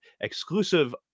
exclusive